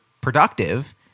productive